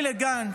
שאלתי לגנץ: